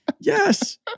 Yes